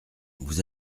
vous